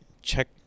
Check